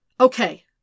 Okay